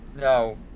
No